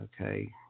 Okay